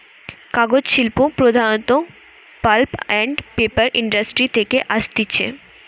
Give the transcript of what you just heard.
কাগজ শিল্প প্রধানত পাল্প আন্ড পেপার ইন্ডাস্ট্রি থেকে আসতিছে